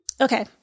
Okay